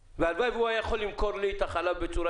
והלוואי שהוא היה יכול למכור לי את החלב בצורה